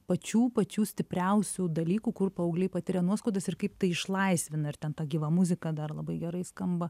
pačių pačių stipriausių dalykų kur paaugliai patiria nuoskaudas ir kaip tai išlaisvina ir ten ta gyva muzika dar labai gerai skamba